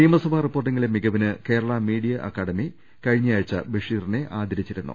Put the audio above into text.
നിയമസഭാ റിപ്പോർട്ടിംഗിലെ മികവിന് കേരള മീഡിയാ അക്കാദമി കഴിഞ്ഞയാഴ്ച ബഷീ റിനെ ആദരിച്ചിരുന്നു